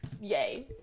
yay